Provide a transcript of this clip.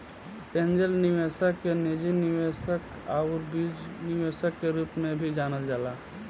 angel निवेशक के निजी निवेशक आउर बीज निवेशक के रूप में भी जानल जाला